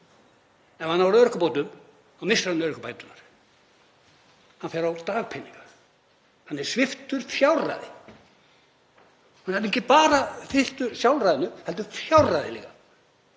Ef hann er á örorkubótum þá missir hann örorkubæturnar. Hann fer á dagpeninga. Hann er sviptur fjárræði. Hann er ekki bara sviptur sjálfræðinu heldur fjárræðinu líka.